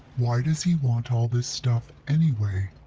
why does he want all this stuff anyway?